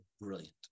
brilliant